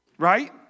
right